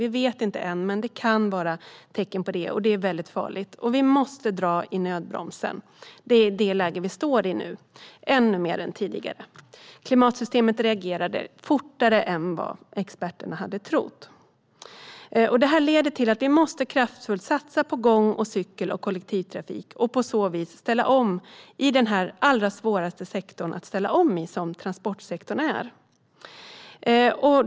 Vi vet inte än, men det kan vara så, vilket är farligt. Vi måste dra i nödbromsen. Mer än tidigare står vi i det läget. Klimatsystemet reagerade fortare än vad experterna trodde. Vi måste därför kraftfullt satsa på gång, cykel och kollektivtrafik för att ställa om i denna allra svåraste sektor att ställa om i, transportsektorn.